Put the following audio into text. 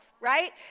right